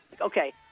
Okay